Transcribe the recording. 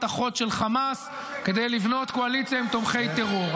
אחות של חמאס כדי לבנות קואליציה עם תומכי טרור,